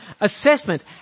assessment